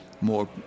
More